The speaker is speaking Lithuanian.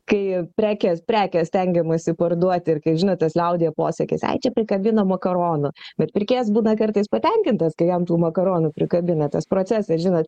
kai prekės prekę stengiamasi parduoti ir žinot tas liaudies posakis ai čia prikabino makaronų ir pirkėjas būna kartais patenkintas kai jam tų makaronų prikabina tas procesas žinot